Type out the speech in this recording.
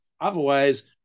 Otherwise